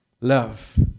Love